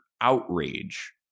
outrage